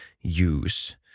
use